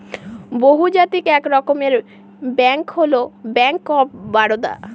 বহুজাতিক এক রকমের ব্যাঙ্ক হল ব্যাঙ্ক অফ বারদা